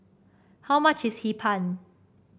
how much is Hee Pan